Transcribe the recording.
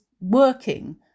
working